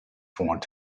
font